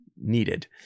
needed